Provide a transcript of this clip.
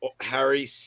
Harry